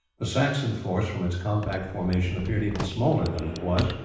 the saxon force, from its compact formation, appeared even smaller than it was,